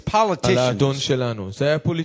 politicians